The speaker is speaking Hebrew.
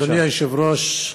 אדוני היושב-ראש,